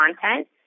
content